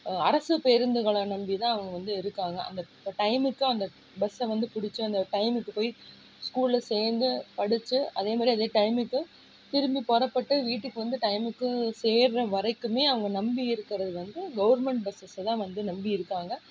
அரசு பேருந்துகளை நம்பிதான் அவங்க வந்து இருக்காங்க அந்த ட டயமுக்கு அந்த பஸ்ஸை வந்து புடிச்சு அந்த டயமுக்கு போய் ஸ்கூலில் சேர்ந்து படித்து அதேமாதிரி அதே டயமுக்கு திரும்பி புறப்பட்டு வீட்டுக்கு வந்து டயமுக்கு சேர்கிற வரைக்குமே அவங்க நம்பி இருக்கிறது வந்து கவர்மெண்ட் பஸ்ஸஸ்ஸை தான் நம்பி இருக்காங்க